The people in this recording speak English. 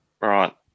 Right